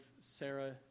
Sarah